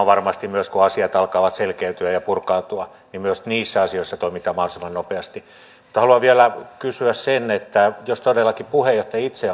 varmasti myös sitä kun asiat alkavat selkeytyä ja purkautua niin että niissä asioissa toimitaan mahdollisimman nopeasti mutta haluan vielä kysyä jos todellakin puheenjohtaja itse